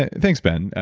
and thanks, ben.